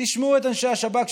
תשמעו את אנשי השב"כ,